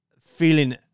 feeling